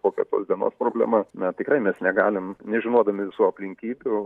kokia tos dienos problema na tikrai mes negalim nežinodami visų aplinkybių